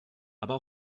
aber